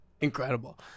incredible